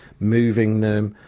moving them,